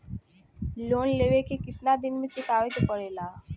Loan लेवे के कितना दिन मे चुकावे के पड़ेला?